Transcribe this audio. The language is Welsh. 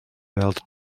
weld